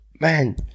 man